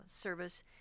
service